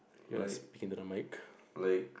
yours is pin it on mic